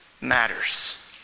matters